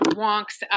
wonks